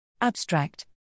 Abstract